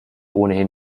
ohnehin